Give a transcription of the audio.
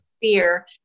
fear